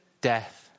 death